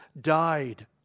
died